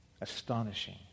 Astonishing